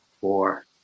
four